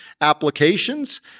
applications